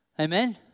Amen